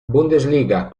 bundesliga